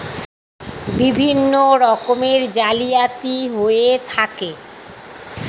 বিভিন্ন রকমের জালিয়াতি হয়ে থাকে